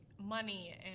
money